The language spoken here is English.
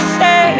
say